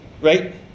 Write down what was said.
right